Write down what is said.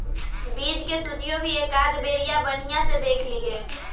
बीज के सूचियो भी एकाद बेरिया बनिहा से देख लीहे